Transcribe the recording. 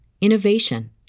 innovation